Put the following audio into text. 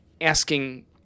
asking